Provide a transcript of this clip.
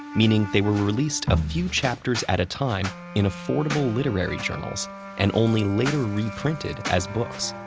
meaning they were released a few chapters at a time in affordable literary journals and only later reprinted as books.